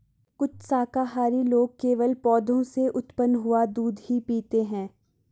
कुछ शाकाहारी लोग केवल पौधों से उत्पन्न हुआ दूध ही पीते हैं